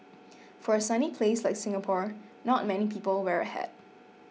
for a sunny place like Singapore not many people wear a hat